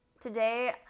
today